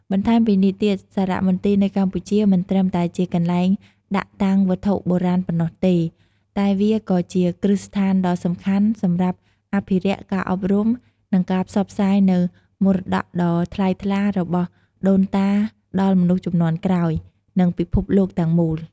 បន្ថែមពីនេះទៀត សារមន្ទីរនៅកម្ពុជា មិនត្រឹមតែជាកន្លែងដាក់តាំងវត្ថុបុរាណប៉ុណ្ណោះទេ តែវាក៏ជាគ្រឹះស្ថានដ៏សំខាន់សម្រាប់អភិរក្ស ការអប់រំ និងការផ្សព្វផ្សាយនូវមរតកដ៏ថ្លៃថ្លារបស់ដូនតាដល់មនុស្សជំនាន់ក្រោយ និងពិភពលោកទាំងមូល។